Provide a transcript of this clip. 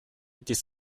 dies